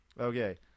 Okay